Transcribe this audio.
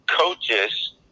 coaches